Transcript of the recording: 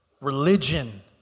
Religion